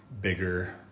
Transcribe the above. bigger